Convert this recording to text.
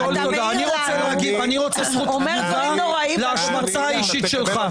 אתה אומר דברים נוראיים --- אני רוצה זכות תגובה להשמצה האישית שלך.